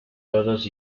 todos